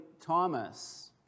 Thomas